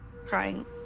crying